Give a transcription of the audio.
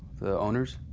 the owners?